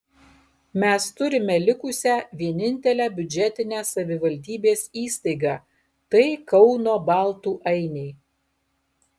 mes turime likusią vienintelę biudžetinę savivaldybės įstaigą tai kauno baltų ainiai